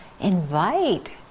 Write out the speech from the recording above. Invite